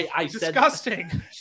Disgusting